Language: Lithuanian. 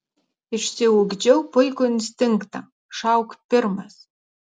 išsiugdžiau puikų instinktą šauk pirmas